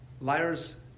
liars